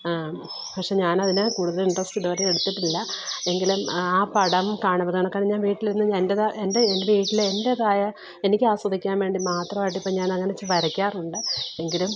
പക്ഷെ ഞാനതിൽ കൂടുതൽ ഇൻട്രസ്റ്റ് ഇതുവരെ എടുത്തിയിട്ടില്ല എങ്കിലും ആ പടം കാണുമ്പോൾ കാരണം ഞാൻ വീട്ടിലിരുന്ന് എൻ്റെത എൻ്റെ വീട്ടിൽ എൻറ്റേതായ എനിക്ക് ആസ്വദിക്കാൻ വേണ്ടി മാത്രം ആയിട്ടിപ്പോൾ ഞാനങ്ങനെ വരക്കാറുണ്ട് എങ്കിലും